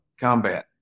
combat